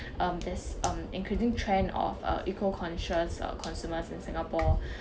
um there's um increasing trend of uh eco-conscious uh consumers in singapore